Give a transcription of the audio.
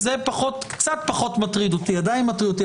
זה קצת פחות מטריד אותי, עדיין אבל